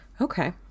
okay